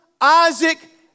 isaac